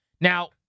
Now